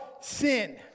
sin